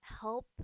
help